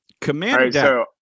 Commander